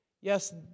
Yes